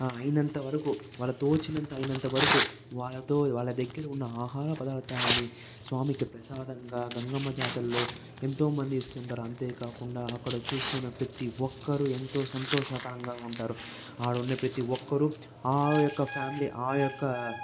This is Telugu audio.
అయినంతవరకు వాళ్ళ తోచినంత అయినంతవరకు వాళ్లతో వాళ్ల దగ్గర ఉన్న ఆహార పదార్థాన్ని స్వామికి ప్రసాదంగా గంగమ్మ జాతరలో ఎంతోమంది ఇస్తుంటారు అంతే కాకుండా అక్కడ చూస్తున్న ప్రతి ఒక్కరూ ఎంతో సంతోషకరంగా ఉంటారు ఆడ ఉండే ప్రతి ఒక్కరు ఆ యొక్క ఫ్యామిలీ ఆ యొక్క